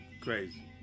Crazy